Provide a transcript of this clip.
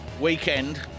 weekend